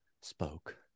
spoke